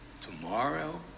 Tomorrow